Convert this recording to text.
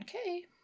Okay